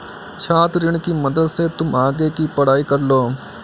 छात्र ऋण की मदद से तुम आगे की पढ़ाई कर लो